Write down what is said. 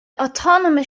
autonomous